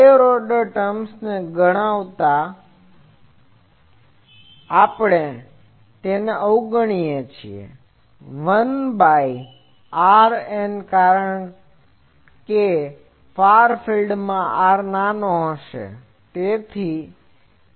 higher order terms ને અવગણતા 1 by rn કારણ કે ફાર ફિલ્ડ માં r નાનો હોય છે